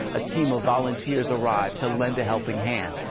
a team of volunteers arrived to lend a helping hand.